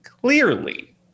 clearly